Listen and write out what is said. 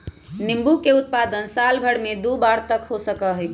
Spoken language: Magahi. नींबू के उत्पादन साल भर में दु बार तक हो सका हई